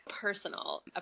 personal